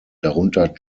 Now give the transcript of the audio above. darunter